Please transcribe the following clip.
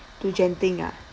to genting ah